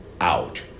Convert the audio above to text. out